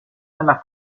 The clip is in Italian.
nella